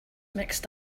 mixed